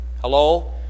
hello